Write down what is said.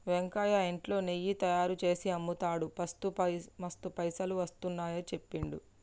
వెంకయ్య ఇంట్లో నెయ్యి తయారుచేసి అమ్ముతాడు మస్తు పైసలు వస్తున్నాయని చెప్పిండు